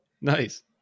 nice